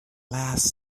last